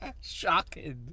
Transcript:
Shocking